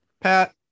Pat